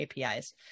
APIs